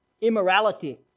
Immorality